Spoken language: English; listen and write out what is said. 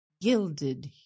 gilded